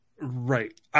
Right